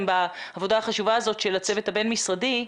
בעבודה החשובה הזאת של הצוות הבין-משרדי.